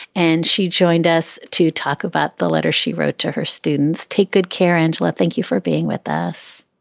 and she joined us to talk about the letter she wrote to her students. take good care, angela. thank you for being with us.